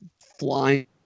flying